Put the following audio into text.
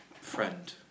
friend